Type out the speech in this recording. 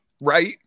Right